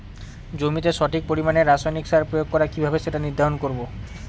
জমিতে সঠিক পরিমাণে রাসায়নিক সার প্রয়োগ করা কিভাবে সেটা নির্ধারণ করব?